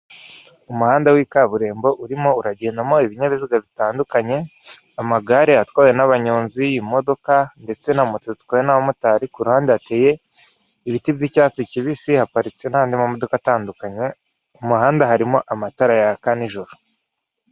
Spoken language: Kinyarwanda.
Umuhanda w'ikaburimbo urimo uragedamo ibinyabiziga bitandukanye, amagare atwawe n'abanyonzi, imodoka, ndetse na moto zitwawe n'abamotari kuruhande hateye ibiti by'icyatsi kibisi haparitse n'amamodoka atandukanye. Mu muhanda harimo amatara yaka ni njoro.